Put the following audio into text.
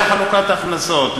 זה חלוקת הכנסות,